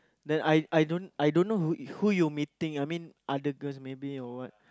then I I don't I don't know who who you meeting like other girls maybe or what